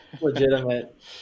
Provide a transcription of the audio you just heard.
legitimate